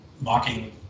mocking